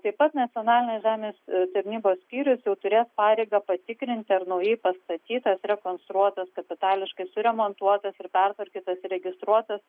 taip pat nacionalinės žemės tarnybos skyrius jau turės pareigą patikrinti ar naujai pastatytas rekonstruotas kapitališkai suremontuotas ir pertvarkytas įregistruotas